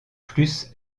plus